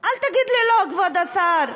אל תגיד לי "לא", כבוד השר.